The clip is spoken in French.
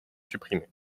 supprimés